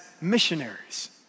missionaries